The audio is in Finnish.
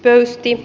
öisti